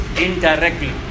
Indirectly